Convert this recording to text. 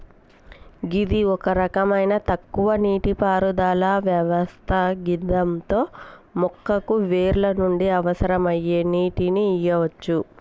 గిది ఒక రకమైన తక్కువ నీటిపారుదల వ్యవస్థ గిదాంతో మొక్కకు వేర్ల నుండి అవసరమయ్యే నీటిని ఇయ్యవచ్చు